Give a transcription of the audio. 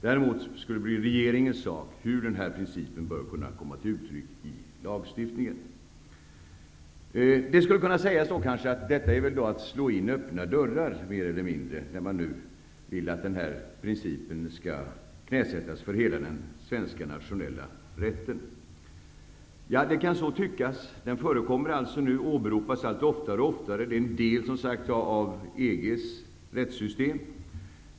Däremot skulle det bli regeringens sak hur den här principen bör komma till uttryck i lagstiftningen. Det skulle då kunna sägas att det väl är att mer eller mindre slå in öppna dörrar när man nu vill att den här principen skall knäsättas för hela den svenska nationella rätten. Ja, det kan så tyckas. Den åberopas allt oftare, och den är som sagt en del av EG:s rättssystem.